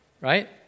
right